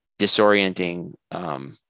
disorienting